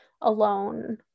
alone